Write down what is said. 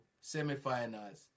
semi-finals